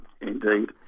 indeed